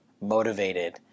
motivated